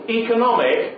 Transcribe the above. economic